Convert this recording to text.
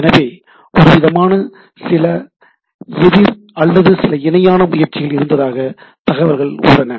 எனவே ஒருவிதமான சில எதிர் அல்லது சில இணையான முயற்சிகள் இருந்ததாக தகவல்கள் உள்ளன